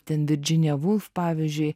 ten virginia wolf pavyzdžiui